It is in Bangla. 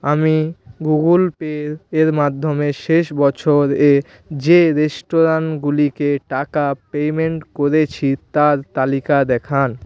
আমি গুগুল পে এর মাধ্যমে শেষ বছর এ যে রেস্তরাঁগুলিকে টাকা পেমেন্ট করেছি তার তালিকা দেখান